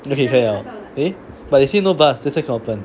okay 可以 liao eh but they say no bus that's why cannot open